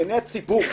בעיני הציבור,